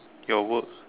your work